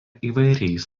įvairiais